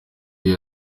iyo